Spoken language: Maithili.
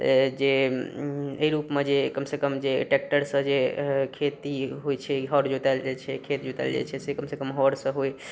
जे एहि रूपमे जे कमसँ कम जे ट्रैक्टरसँ जे खेती होइ छै हर जोताएल जाइ छै खेत जोताएल जाइ छै से कमसँ कम हरसँ होइ